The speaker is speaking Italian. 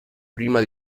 prima